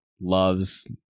loves